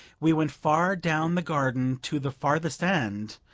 we went far down the garden to the farthest end,